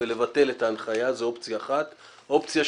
ולבטל את ההנחיה; אופציה שנייה: